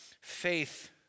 faith